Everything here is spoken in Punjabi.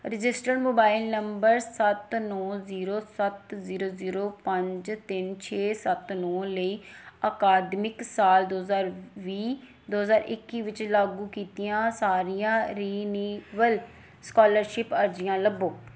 ਰਜਿਸਟਰਡ ਮੋਬਾਈਲ ਨੰਬਰ ਸੱਤ ਨੌਂ ਜ਼ੀਰੋ ਸੱਤ ਜ਼ੀਰੋ ਜ਼ੀਰੋ ਪੰਜ ਤਿੰਨ ਛੇ ਸੱਤ ਨੌਂ ਲਈ ਅਕਾਦਮਿਕ ਸਾਲ ਦੋ ਹਜ਼ਾਰ ਵੀਹ ਦੋ ਹਜ਼ਾਰ ਇੱਕੀ ਵਿੱਚ ਲਾਗੂ ਕੀਤੀਆਂ ਸਾਰੀਆਂ ਰਿਨੀ ਵਲ ਸਕਾਲਰਸ਼ਿਪ ਅਰਜ਼ੀਆਂ ਲੱਭੋ